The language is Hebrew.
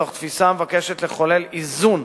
מתוך תפיסה המבקשת לחולל איזון